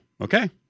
Okay